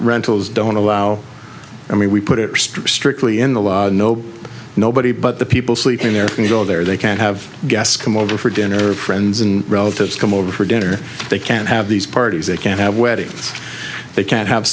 rentals don't allow i mean we put it strictly in the law no nobody but the people sleeping there can go there they can have guests come over for dinner friends and relatives come over for dinner they can have these parties they can have weddings they can have